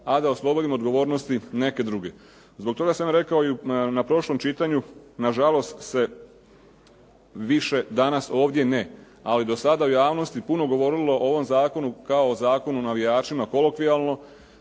a da oslobodimo odgovornosti neke druge. Zbog toga sam ja rekao i na prošlom čitanju, na žalost se više danas ovdje ne, ali do sada u javnosti puno govorilo o ovom zakonu kao o zakonu o navijačima kolokvijalno,